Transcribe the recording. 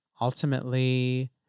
ultimately